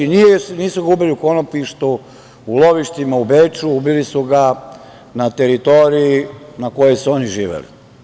Nisu ga ubili u konopljištu, u lovištima u Beču, ubili su ga na teritoriji na kojoj su oni živeli.